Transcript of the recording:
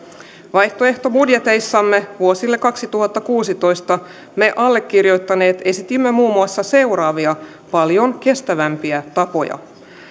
vaihtoehtobudjeteissamme vuosille kaksituhattakuusitoista me allekirjoittaneet esitimme muun muassa seuraavia paljon kestävämpiä tapoja